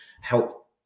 help